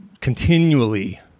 continually